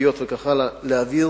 דתיות וכך הלאה להעביר